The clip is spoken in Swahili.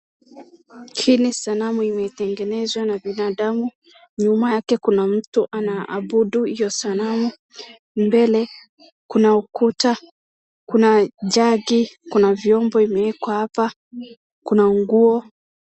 Hii ni sanamu imetengenezwa na binadamu. Nyuma yake kuna mtu anaabudu hiyo sanamu. Mbele kuna ukuta. Kuna jagi. Kuna vyombo imewekwa hapa. Kuna nguo.